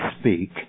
speak